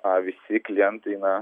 a visi klientai na